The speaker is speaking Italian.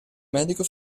medico